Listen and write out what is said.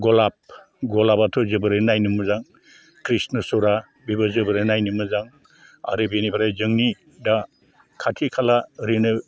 गलाप गलापआथ' जोबोरैनो नायनो मोजां कृष्णसुरा बिबो जोबोरै नायनो मोजां आरो बेनिफ्राय जोंनि दा खाथि खाला ओरैनो